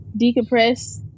decompress